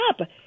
up